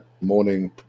morning